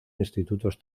institutos